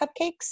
cupcakes